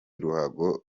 ruhago